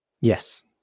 Yes